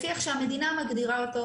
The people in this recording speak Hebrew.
לפי איך שהמדינה מגדירה אותו,